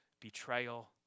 betrayal